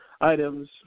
items